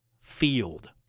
field